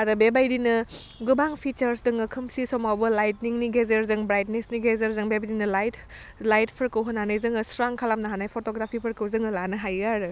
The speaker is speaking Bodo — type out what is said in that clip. आरो बेबायदिनो गोबां फिसार्च दङ खोमसि समावबो लाइटलिंनि गेजेरजों ब्राइटनेसनि गेजेरजों बेबायदिनो लाइट लाइटफोरखौ होनानै जोङो स्रां खालामनो हानाय फट'ग्राफिफोरखौ जोङो लानो हायो आरो